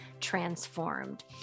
transformed